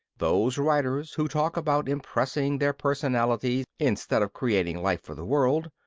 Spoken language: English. those writers who talk about impressing their personalities instead of creating life for the world,